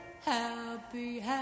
happy